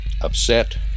upset